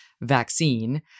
vaccine